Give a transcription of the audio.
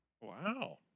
Wow